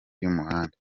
y’umuhanda